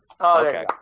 Okay